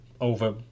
over